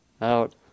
out